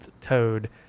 toad